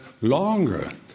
longer